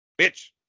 Bitch